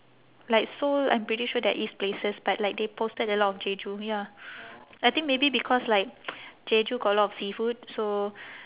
like seoul I'm pretty sure there is places but like they posted a lot of jeju ya I think maybe because like jeju got a lot of seafood so